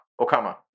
Okama